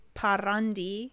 parandi